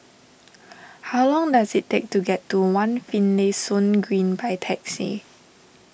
how long does it take to get to one Finlayson Green by taxi